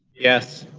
yes.